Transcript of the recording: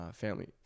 family